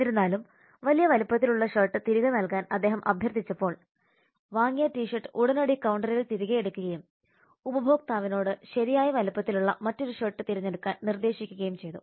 എന്നിരുന്നാലും വലിയ വലുപ്പത്തിലുള്ള ഷർട്ട് തിരികെ നൽകാൻ അദ്ദേഹം അഭ്യർത്ഥിച്ചപ്പോൾ വാങ്ങിയ ടി ഷർട്ട് ഉടനടി കൌണ്ടറിൽ തിരികെ എടുക്കുകയും ഉപഭോക്താവിനോട് ശരിയായ വലുപ്പത്തിലുള്ള മറ്റൊരു ഷർട്ട് തിരഞ്ഞെടുക്കാൻ നിർദ്ദേശിക്കുകയും ചെയ്തു